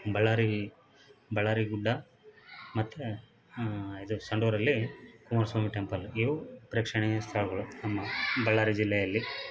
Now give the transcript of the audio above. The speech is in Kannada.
ಬಳ್ಳಾರಿ ಬಳ್ಳಾರಿ ಗುಡ್ಡ ಮತ್ತೆ ಇದು ಸಂಡೂರಲ್ಲಿ ಕುಮಾರಸ್ವಾಮಿ ಟೆಂಪಲ್ ಇವು ಪ್ರೇಕ್ಷಣೀಯ ಸ್ಥಳಗಳು ನಮ್ಮ ಬಳ್ಳಾರಿ ಜಿಲ್ಲೆಯಲ್ಲಿ